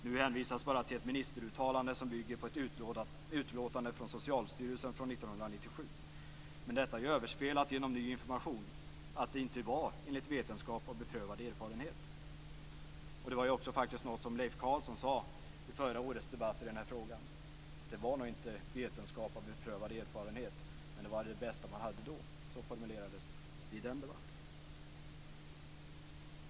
Nu hänvisas bara till ett ministeruttalande som bygger på ett utlåtande från Socialstyrelsen från 1997. Men detta är ju överspelat genom ny information, att det inte var enligt vetenskap och beprövad erfarenhet. Vid förra årets debatt i den här frågan sade också Leif Carlson att det nog inte byggde på vetenskap och beprövad erfarenhet, men det byggde på det bästa som man då hade. Så formulerades det i den debatten.